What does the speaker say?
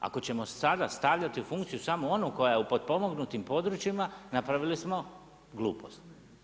Ako ćemo sada stavljati u funkciju samo ona koja je u potpomognutim područjima napravili smo glupost.